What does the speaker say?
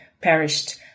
perished